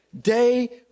day